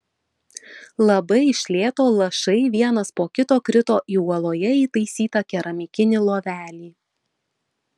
labai iš lėto lašai vienas po kito krito į uoloje įtaisytą keramikinį lovelį